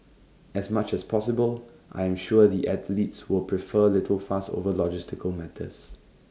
as much as possible I am sure the athletes will prefer little fuss over logistical matters